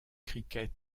cricket